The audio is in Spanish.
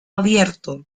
abierto